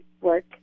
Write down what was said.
work